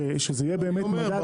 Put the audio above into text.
שזה יהיה באמת מדד כמו שצריך.